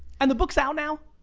and the books out now?